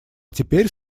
теперь